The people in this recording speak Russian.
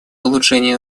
улучшение